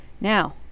Now